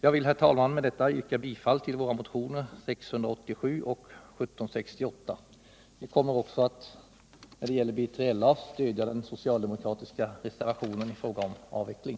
Jag vill, herr talman, med detta yrka bifall till våra motioner 687 och 1768. När det gäller BILA kommer vi att stödja den socialdemokratiska reservationen om avveckling.